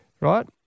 right